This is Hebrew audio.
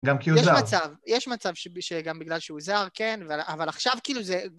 גם כי הוא זר. יש מצב, יש מצב שגם בגלל שהוא זר, כן, אבל עכשיו כאילו זה...